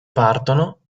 partono